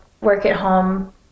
work-at-home